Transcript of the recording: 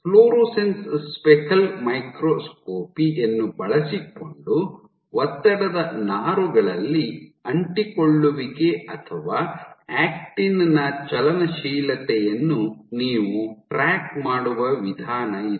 fluorescence speckle microscopy ಯನ್ನು ಬಳಸಿಕೊಂಡು ಒತ್ತಡದ ನಾರುಗಳಲ್ಲಿ ಅಂಟಿಕೊಳ್ಳುವಿಕೆ ಅಥವಾ ಆಕ್ಟಿನ್ ನ ಚಲನಶೀಲತೆಯನ್ನು ನೀವು ಟ್ರ್ಯಾಕ್ ಮಾಡುವ ವಿಧಾನ ಇದು